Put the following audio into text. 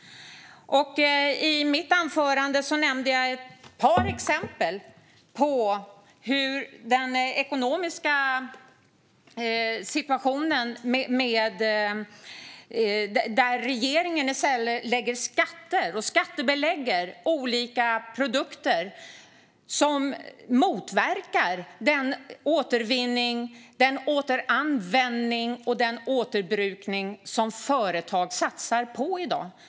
I mitt anförande nämnde jag ett par exempel på den ekonomiska situationen där regeringen skattebelägger olika produkter och därmed motverkar den återvinning, den återanvändning och det återbruk som företag satsar på i dag.